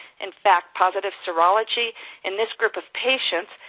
in fact, positive serology in this group of patients